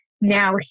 Now